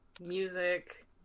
music